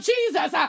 Jesus